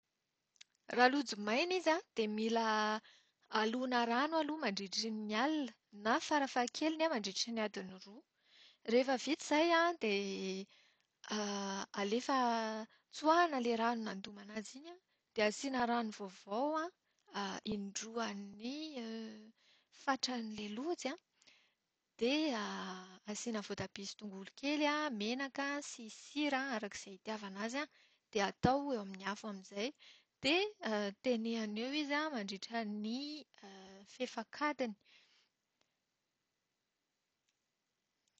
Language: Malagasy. Raha lojo maina izy an, dia mila alona rano aloha mandritra ny alina na fara-fahakeliny an, mandritra ny adiny roa. Rehefa vita izay an, dia alefa tsoahina ilay rano nandomana azy iny an, asiana rano vaovao an indroan'ny fatran'ilay lojy an, dia asiana voatabia sy tongolo kely an, menaka sy sira arak'izay itiavana azy an, dia atao eo amin'ny afo amin'izay. Dia tenehana eo izy an mandritran'ny fefak'adiny.